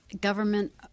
government